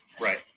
Right